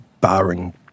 barring